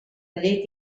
llet